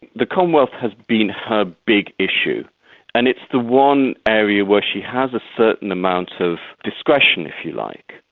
the commonwealth has been her big issue and it's the one area where she has a certain amount of discretion, if you like.